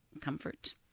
comfort